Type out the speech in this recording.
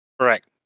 Correct